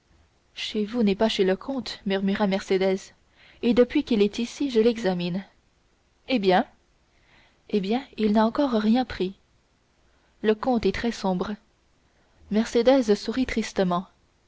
chez vous n'est pas chez le comte murmura mercédès et depuis qu'il est ici je l'examine eh bien eh bien il n'a encore rien pris le comte est très sobre mercédès sourit tristement